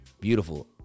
Beautiful